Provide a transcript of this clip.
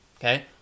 okay